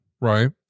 right